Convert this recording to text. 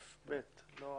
25א(ב) ולא (א1).